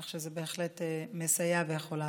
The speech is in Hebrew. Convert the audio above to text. כך שזה בהחלט מסייע ויכול לעזור.